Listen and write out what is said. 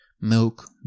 milk